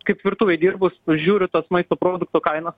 kaip virtuvėj dirbu sužiūriu tas maisto produktų kainas